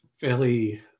fairly